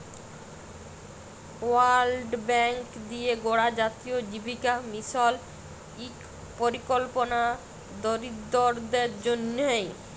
world Bank দিঁয়ে গড়া জাতীয় জীবিকা মিশল ইক পরিকল্পলা দরিদ্দরদের জ্যনহে